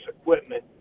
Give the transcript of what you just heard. equipment